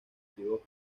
pívot